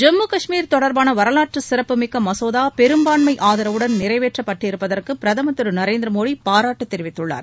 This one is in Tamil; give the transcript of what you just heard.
ஜம்மு காஷ்மீர் தொடர்பான வரவாற்று சிறப்புமிக்க மசோதா பெரும்பான்மம ஆதரவுடன் நிறைவேற்றப்பட்டிருப்பதற்கு பிரதமர் திரு நரேந்திரமோடி பாராட்டு தெரிவித்துள்ளார்